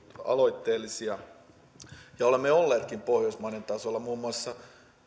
aloitteellisia ja olemme olleetkin pohjoismaiden tasolla muun muassa